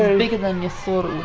ah bigger than you thought